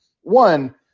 one